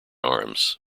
arms